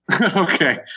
Okay